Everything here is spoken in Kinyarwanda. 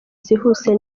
zihuse